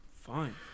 Fine